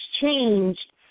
changed